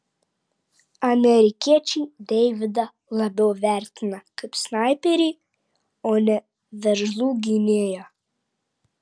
amerikiečiai deividą labiau vertina kaip snaiperį o ne veržlų gynėją